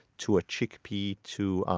to a chickpea to